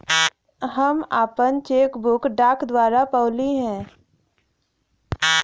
हम आपन cheque book डाक द्वारा पउली है